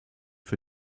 für